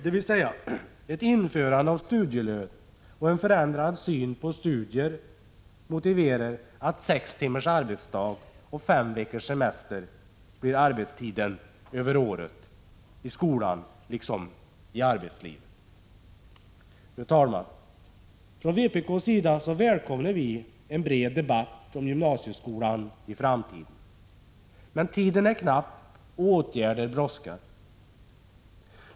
Ett införande av studielön och en förändrad syn på studier skulle kunna motivera att sex timmars arbetsdag och fem veckors semester blir arbetstiden över året i skolan liksom i arbetslivet. Fru talman! Från vpk:s sida välkomnar vi en bred debatt om gymnasieskolan i framtiden. Men tiden är knapp och åtgärder brådskar.